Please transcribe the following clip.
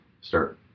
start